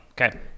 Okay